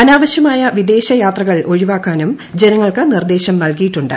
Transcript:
അനാവശ്യമായ വിദ്ദേശ്രിയാത്രകൾ ഒഴിവാക്കാനും ജനങ്ങൾക്ക് നിർദ്ദേശം നൽകിയിട്ടുണ്ട്